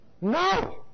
No